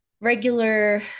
regular